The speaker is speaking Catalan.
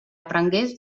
aprengués